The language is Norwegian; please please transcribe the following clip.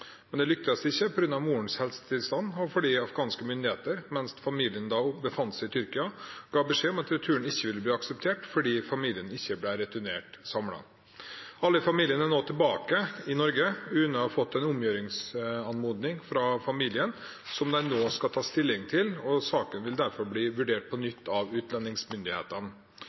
Det lyktes ikke på grunn av morens helsetilstand og fordi afghanske myndigheter, mens familien befant seg i Tyrkia, ga beskjed om at returen ikke ville bli akseptert fordi familien ikke ble returnert samlet. Alle i familien er nå tilbake i Norge. UNE har fått en omgjøringsanmodning fra familien som de nå skal ta stilling til, og saken vil derfor bli vurdert på nytt av utlendingsmyndighetene.